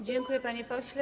Dziękuję, panie pośle.